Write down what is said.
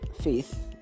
faith